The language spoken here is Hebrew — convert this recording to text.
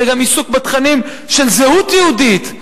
זה גם עיסוק בתכנים של זהות יהודית,